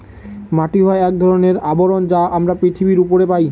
মাটি হয় এক ধরনের আবরণ যা আমরা পৃথিবীর উপরে পায়